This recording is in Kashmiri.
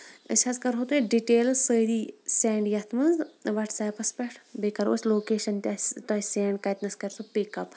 أسۍ حظ کَرہو تۄہہِ ڈِٹیلہٕ سٲری سینڈ یَتھ منٛز واٹس ایپس پٮ۪ٹھ بیٚیہِ کرو أسۍ لوکیشن تہِ تۄیہِ سینڈ کَتہِ نیس کَرِ سُہ پِکۍ اَپ